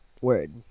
Word